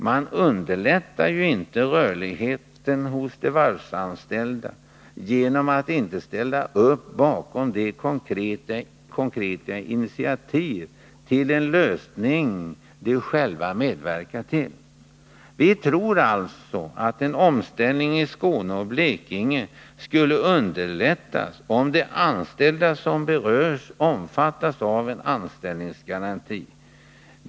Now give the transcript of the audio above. Man underlättar ju inte rörligheten hos de varvsanställda genom att inte ställa upp bakom de konkreta initiativ till en lösning de själva medverkat till. Vi tror alltså att en omställning i Skåne och Blekinge skulle underlättas om de anställda som berörs omfattas av en anställningsgaranti.